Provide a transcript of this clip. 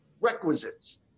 requisites